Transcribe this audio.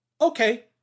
Okay